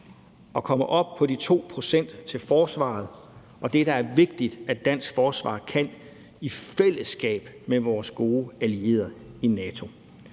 og kommer op på de 2 pct. til forsvaret og det, det er vigtigt at dansk forsvar kan i fællesskab med vores gode allierede i NATO.